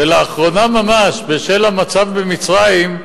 ולאחרונה ממש, בשל המצב במצרים,